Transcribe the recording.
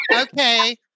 Okay